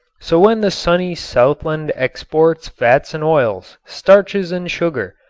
so when the sunny southland exports fats and oils, starches and sugar,